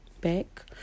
back